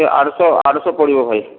ଆଠଶହ ଆଠଶହ ପଡ଼ିବ ଭାଇ